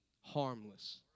harmless